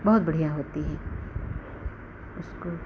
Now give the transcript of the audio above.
बहुत बढ़िया होती है उसको